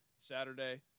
Saturday